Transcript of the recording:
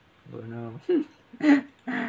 don't know